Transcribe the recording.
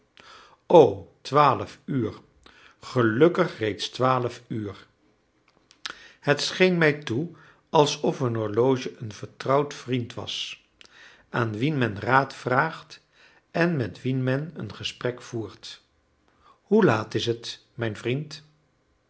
o twaalf uur gelukkig reeds twaalf uur het scheen mij toe alsof een horloge een vertrouwd vriend was aan wien men raad vraagt en met wien men een gesprek voert hoe laat is het mijn vriend